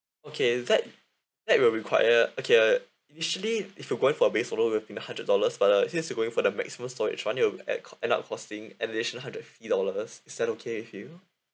okay that that will require okay uh initially if you're going for a base it'll have been a hundred dollars but uh since you're going for the maximum storage [one] it'll e~ end up foreseeing an additional fifty dollars is that okay with you